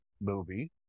movie